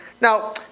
Now